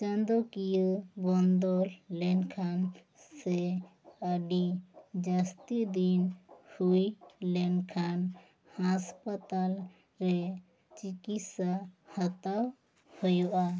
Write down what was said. ᱪᱟᱸᱫᱳ ᱠᱤᱭᱟᱹ ᱵᱚᱱᱫᱚ ᱞᱮᱱ ᱠᱷᱟᱱ ᱥᱮ ᱟᱹᱰᱤ ᱡᱟᱹᱥᱛᱤ ᱫᱤᱱ ᱦᱩᱭᱞᱮᱱᱟ ᱠᱷᱟᱱ ᱦᱟᱥᱯᱟᱛᱟᱞ ᱨᱮ ᱪᱤᱠᱤᱛᱥᱟ ᱦᱟᱛᱟᱣ ᱦᱩᱭᱩᱜᱼᱟ